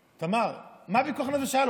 תמר, מה פיקוח הנפש שהיה לו?